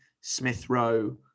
Smith-Rowe